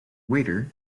waiter